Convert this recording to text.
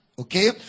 Okay